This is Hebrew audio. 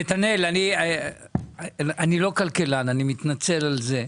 נתנאל אני לא כלכלן, אני מתנצל על זה.